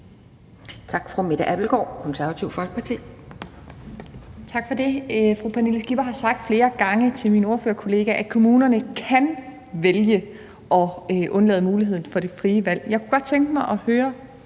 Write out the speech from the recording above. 11:11 Mette Abildgaard (KF): Tak for det. Fru Pernille Skipper har flere gange sagt til min ordførerkollega, at kommunerne kan vælge at undlade muligheden for det frie valg, og så kunne jeg godt tænke mig at høre,